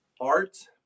art